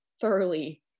thoroughly